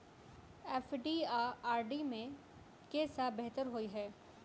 FD आ RD मे केँ सा बेहतर होइ है?